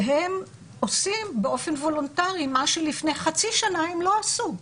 והם עושים באופן וולונטרי מה שלפני חצי שנה הם לא עשו,